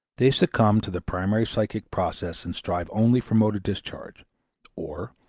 they succumb to the primary psychic process and strive only for motor discharge or,